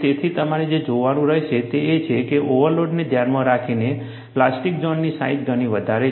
તેથી તમારે જે જોવાનું રહેશે તે એ છે કે ઓવરલોડને ધ્યાનમાં રાખીને પ્લાસ્ટિક ઝોનની સાઇઝ ઘણી વધારે છે